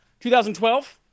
2012